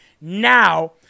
now